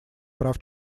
прав